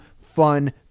fun